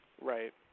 Right